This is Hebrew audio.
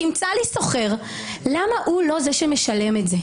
תמצא לי שוכר למה הוא לא זה שמשלם את זה?